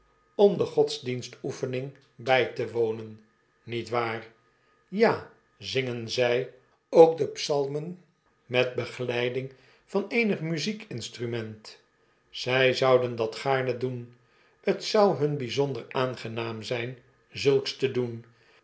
om de godsdienstoefening bij te wonen niet waar ja zingen zij ook de psalmen met begeleiding van eenig muziekinstrument zij zouden dat gaarne doen t zou hun bijzonder aangenaam zijn zulks te doen